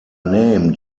name